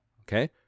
Okay